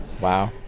Wow